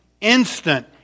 instant